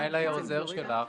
המנהל היה עוזר שלך.